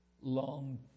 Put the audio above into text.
long